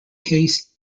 case